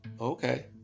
Okay